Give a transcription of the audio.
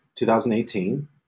2018